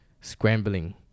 Scrambling